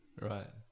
right